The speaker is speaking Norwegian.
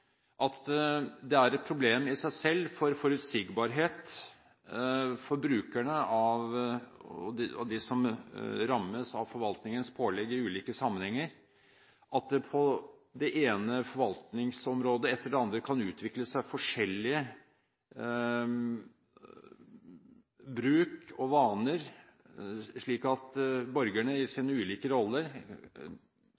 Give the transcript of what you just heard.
at det er et problem i seg selv for forutsigbarheten til brukerne og de som rammes av forvaltningens pålegg i ulike sammenhenger, at det på det ene forvaltningsområdet etter det andre kan utvikle seg forskjellig praksis og vaner, slik at borgerne i